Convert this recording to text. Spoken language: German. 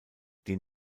den